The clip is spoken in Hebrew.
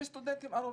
וסטודנטים ערבים.